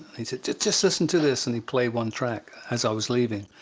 he said, just just listen to this, and he played one track as i was leaving.